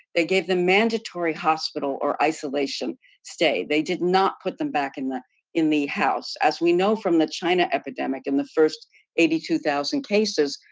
they gave them mandatory hospital or isolation stay. they did not put them back in the in the house. as we know from the china epidemic, in the first eighty two thousand cases,